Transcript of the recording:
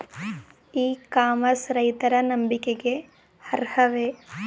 E commerce ರೈತರ ನಂಬಿಕೆಗೆ ಅರ್ಹವೇ?